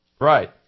Right